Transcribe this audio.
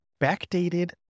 backdated